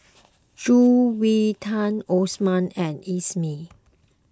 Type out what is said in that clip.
Juwita Osman and Isnin